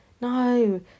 No